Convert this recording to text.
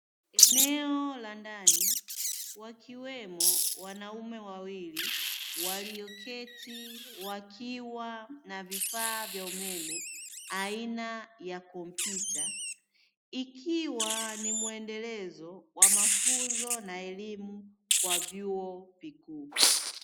Eneo la ndani, wakiwemo wanaume wawili walioketi wakiwa na vifaa vya umeme aina ya kompyuta, ikiwa ni muendelezo wa mafunzo na elimu kwa vyuo vikuu.